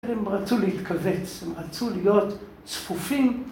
הם רצו להתכווץ, הם רצו להיות צפופים